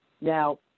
Now